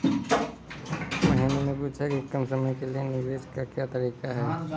महेन्द्र ने पूछा कि कम समय के लिए निवेश का क्या तरीका है?